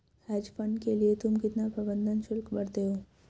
Hedge fund के लिए तुम कितना प्रबंधन शुल्क भरते हो?